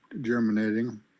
germinating